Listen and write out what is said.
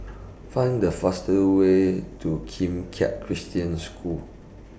Find The fastest Way to Kim Keat Christian School